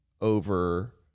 over